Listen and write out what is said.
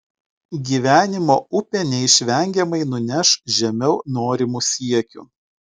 gyvenimo upė neišvengiamai nuneš žemiau norimų siekių